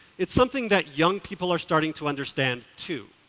it's something that young people are starting to understand too.